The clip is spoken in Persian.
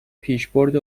پیشبرد